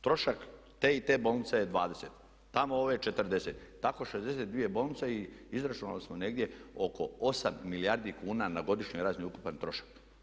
Trošak te i te bolnice je 20, tamo ove 40, tako 62 bolnice i izračunali smo negdje oko 8 milijardi kuna na godišnjoj razini ukupan trošak.